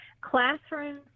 classrooms